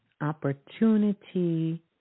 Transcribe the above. opportunity